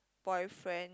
boyfriend